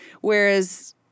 Whereas